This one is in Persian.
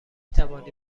توانی